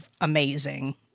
amazing